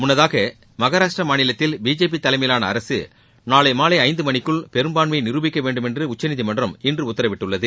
முன்னதாக மகாராஷ்டிரா மாநிலத்தில் பிஜேபி தலைமையிலான அரசு நாளை மாலை ஐந்து மணிக்குள் பெரும்பான்மையை நிரூபிக்க வேண்டும் என்று உச்சநீதிமன்றம் இன்று உத்தரவிட்டுள்ளது